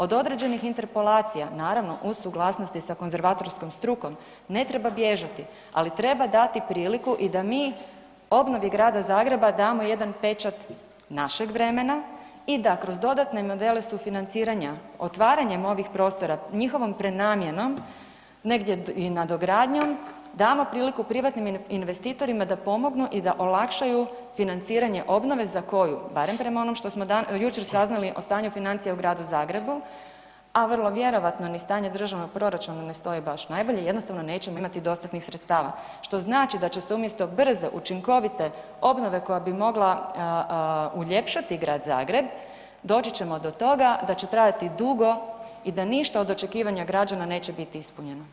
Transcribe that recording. Od određenih interpolacija naravno uz suglasnosti sa konzervatorskom strukom ne treba bježati, ali treba dati priliku i da mi obnovi Grada Zagreba damo jedan pečat našeg vremena i da kroz dodatne modele sufinancira otvaranjem ovih prostora, njihovom prenamjenom, negdje i nadogradnjom damo priliku privatnim investitorima da pomognu i da olakšaju financiranje obnove za koju, barem prema onom što smo jučer saznali o stanju financija u Gradu Zagreba, a vrlo vjerojatno ni stanje državnog proračuna ne stoji baš najbolje, jednostavno nećemo imati dostatnih sredstava što znači da će se umjesto brze, učinkovite obnove koja bi mogla uljepšati Grad Zagreb doći ćemo do toga da će trajati dugo i da ništa od očekivanja građana neće biti ispunjeno.